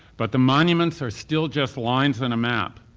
but the monuments are still just lines on a map,